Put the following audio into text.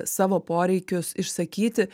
savo poreikius išsakyti